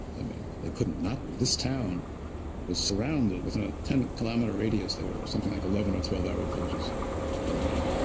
i mean, they couldn't not be. this town was surrounded, within a ten kilometer radius, there were something like eleven or twelve arab villages all around.